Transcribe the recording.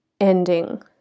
ending